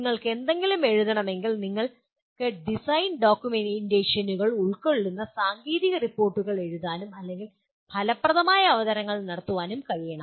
നിങ്ങൾക്കെന്തെങ്കിലും എഴുതണമെങ്കിൽ നിങ്ങൾക്ക് ഡിസൈൻ ഡോക്യുമെന്റേഷനുകൾ ഉൾക്കൊള്ളുന്ന സാങ്കേതിക റിപ്പോർട്ടുകൾ എഴുതാനും അല്ലെങ്കിൽ ഫലപ്രദമായ അവതരണങ്ങൾ നടത്താനും കഴിയണം